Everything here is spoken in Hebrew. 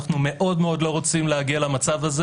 אנחנו מאוד מאוד לא רוצים להגיע למצב הזה